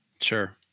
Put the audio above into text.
Sure